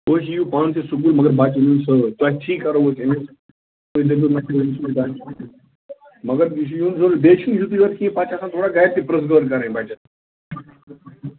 مٔنٛزۍ ییو پانہٕ تہِ سکوٗل مگر بچہٕ أنۍہوُن سۭتۍ تۄہہِ تھِی کَرو أسۍ أمِس تُہۍ دٔپٮ۪و مگر یہ چھُ یُن ضروٗری بیٚیہِ چھُ نہٕ یِتُے یوٚت کِہیٖنٛۍ پتہٕ چھِ آسان تھوڑا گرِ تہِ پرٕٛژھٕ غٲر کرٕنۍ بچس